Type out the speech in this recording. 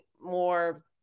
more